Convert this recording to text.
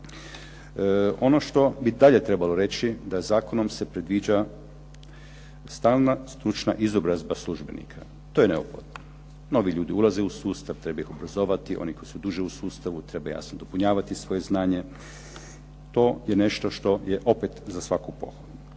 Ono što bi dalje trebalo reći da zakonom se predviđa stalna stručna izobrazba službenika. To je neophodno. Novi ljudi ulaze u sustav, treba ih obrazovati, oni koji su duže u sustavu treba jasno dopunjavati svoje znanje. To je nešto što je opet za svaku pohvalu.